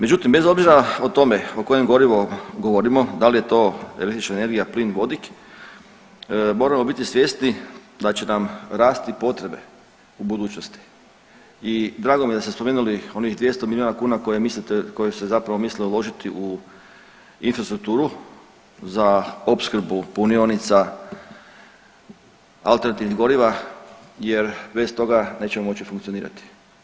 Međutim, bez obzira o tome o kojem gorivu govorimo dal je to električna energija, plin, vodik, moramo biti svjesni da će nam rasti potrebe u budućnosti i drago mi je da ste spomenuli onih 200 milijuna kuna koje mislite, koje ste zapravo mislili uložiti u infrastrukturu za opskrbu punionica alternativnih goriva jer bez toga nećemo moći funkcionirati.